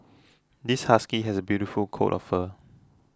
this husky has a beautiful coat of fur